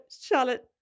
Charlotte